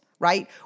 right